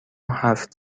هفت